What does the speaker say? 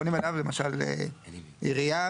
פונים אליו, למשל, עירייה.